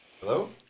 Hello